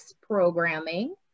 programming